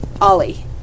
Ollie